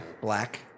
black